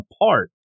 apart